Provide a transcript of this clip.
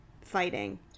fighting